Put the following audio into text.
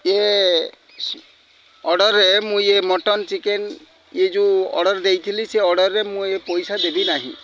ଇଏ ଅର୍ଡ଼ର୍ରେ ମୁଁ ଇଏ ମଟନ୍ ଚିକେନ୍ ଇଏ ଯେଉଁ ଅର୍ଡ଼ର୍ ଦେଇଥିଲି ସେ ଅର୍ଡ଼ର୍ରେ ମୁଁ ଏ ପଇସା ଦେବି ନାହିଁ